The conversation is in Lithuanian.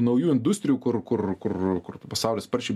naujų industrijų kur kur kur kur pasaulis sparčiai